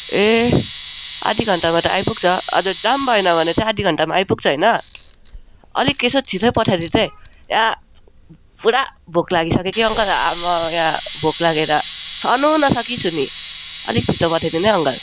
ए आधा घन्टामा त आइपुग्छ हजुर जाम भएन भने चाहिँ आधा घन्टामा आइपुग्छ होइन अलिक यसो छिटो पठाइदिनु है यहाँ पुरा भोक लागिसक्यो कि अङ्कल अम्मामा यहाँ भोक लागेर सहनु नसकिछु नि अलिक छिटो पठाइ दिनु है अङ्कल